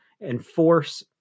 enforce